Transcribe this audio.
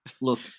Look